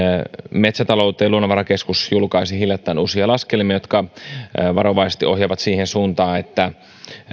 metsätalouteen luonnonvarakeskus julkaisi hiljattain uusia laskelmia jotka varovaisesti ohjaavat siihen suuntaan että